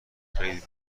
خیلی